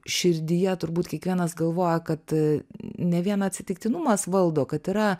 širdyje turbūt kiekvienas galvoja kad ne vien atsitiktinumas valdo kad yra